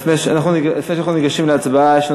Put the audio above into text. לפני שאנחנו ניגשים להצבעה יש לנו